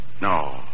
No